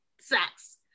sex